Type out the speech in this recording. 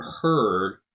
heard